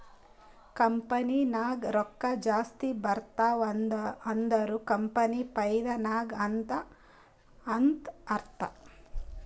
company ನಾಗ್ ರೊಕ್ಕಾ ಜಾಸ್ತಿ ಬರ್ತಿವ್ ಅಂದುರ್ ಕಂಪನಿ ಫೈದಾ ನಾಗ್ ಅದಾ ಅಂತ್ ಅರ್ಥಾ